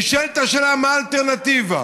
נשאלת השאלה: מה האלטרנטיבה?